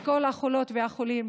לכל החולות והחולים,